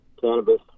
cannabis